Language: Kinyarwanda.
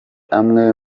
amwe